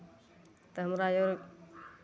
तऽ हमरा आओर